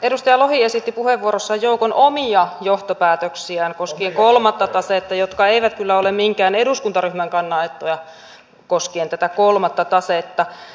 edustaja lohi esitti puheenvuorossaan kolmatta tasetta koskien joukon omia johtopäätöksiään jotka eivät kyllä ole minkään eduskuntaryhmän kannanottoja koskien tätä kolmatta tasetta